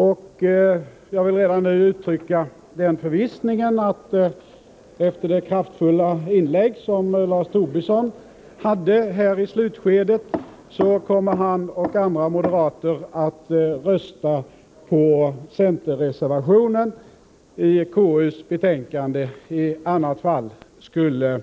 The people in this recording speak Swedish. Jag vill dock redan nu uttrycka förvissningen att, efter Lars Tobissons kraftfulla inlägg här i slutskedet, han och andra moderater kommer att rösta på centerreservationen som är fogad till konstitutionsutskottets betänkande — i annat fall skulle